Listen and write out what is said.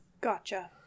Gotcha